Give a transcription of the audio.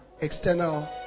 external